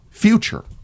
future